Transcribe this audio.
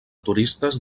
turistes